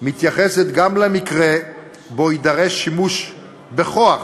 מתייחסת גם למקרה שבו יידרש שימוש בכוח